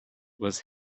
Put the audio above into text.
was